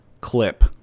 clip